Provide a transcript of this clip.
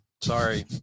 sorry